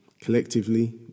Collectively